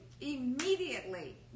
immediately